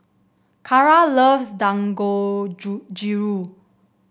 Cara loves Dangojiru